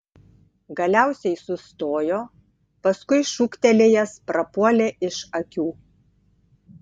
galiausiai sustojo paskui šūktelėjęs prapuolė iš akių